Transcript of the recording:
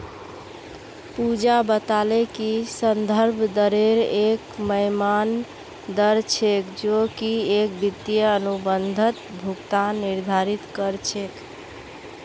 पूजा बताले कि संदर्भ दरेर एक यममन दर छेक जो की एक वित्तीय अनुबंधत भुगतान निर्धारित कर छेक